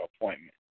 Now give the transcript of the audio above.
appointment